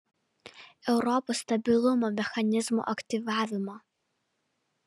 europos stabilumo mechanizmo aktyvavimo